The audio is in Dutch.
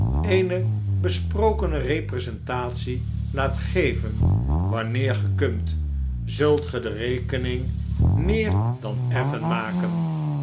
eene besprokene representatie laat geven wanneer ge kunt zult ge de rekening meer dan effen maken